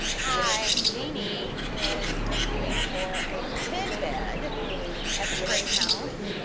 hi. jeanie is interviewing for a kid bed at the craine house.